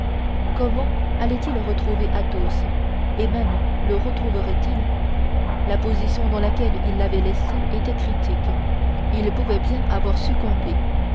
comment allait-il retrouver athos et même le retrouverait il la position dans laquelle il l'avait laissé était critique il pouvait bien avoir succombé